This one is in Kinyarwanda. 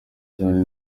cyane